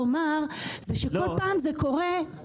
זה קורה בכל פעם פרטנית,